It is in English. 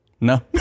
no